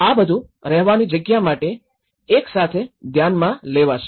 આ બધું રહેવાની જગ્યા માટે એક સાથે ધ્યાનમાં લેવાશે